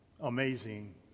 amazing